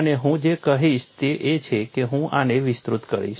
અને હું જે કરીશ તે એ છે કે હું આને વિસ્તૃત કરીશ